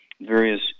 various